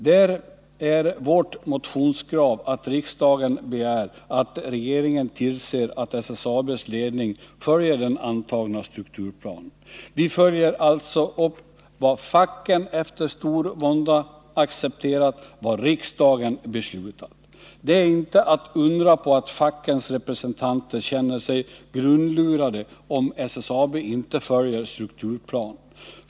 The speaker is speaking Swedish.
Där är vårt motionskrav att riksdagen begär att regeringen tillser att SSAB:s ledning följer den antagna strukturplanen. Vi följer alltså upp vad facken efter stor vånda accepterat och vad riksdagen beslutat. Det är inte att undra på att fackens representanter känner sig grundlurade om SSAB inte följer strukturplanen.